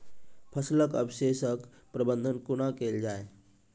फसलक अवशेषक प्रबंधन कूना केल जाये?